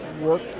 work